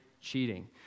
cheating